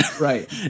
Right